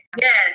Yes